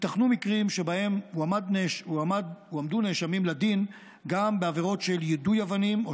ייתכנו מקרים שבהם הועמדו נאשמים לדין גם בעבירות של יידוי אבנים או